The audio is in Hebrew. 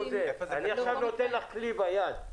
אני נותן לך עכשיו כלי ביד.